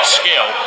skill